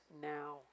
now